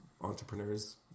entrepreneurs